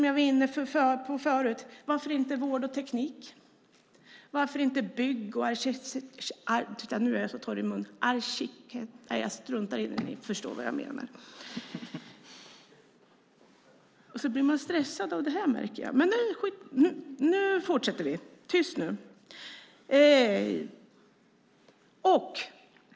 Jag var inne på detta tidigare: Varför inte vård och teknik? Varför inte bygg och arkitektur?